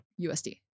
usd